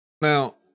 now